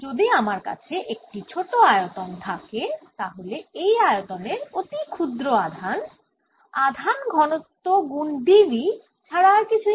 যদি আমার কাছে একটি ছোট আয়তন থাকে তাহলে এই আয়তনের অতি ক্ষুদ্র আধান আধান ঘনত্ব গুণ dv ছাড়া আর কিছুই না